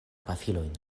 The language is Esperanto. pafilojn